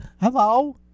Hello